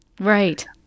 Right